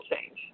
change